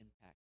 impact